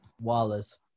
Wallace